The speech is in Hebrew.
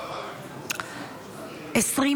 התשפ"ה 2024, נתקבל.